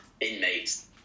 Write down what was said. inmates